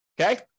Okay